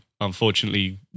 unfortunately